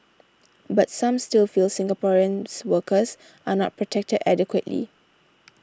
but some still feel Singaporeans workers are not protected adequately